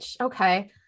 okay